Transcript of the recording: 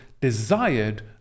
desired